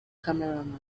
cameraman